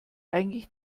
eigentlich